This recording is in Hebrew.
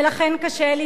ולכן קשה לי,